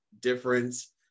difference